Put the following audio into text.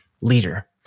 leader